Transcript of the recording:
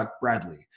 Bradley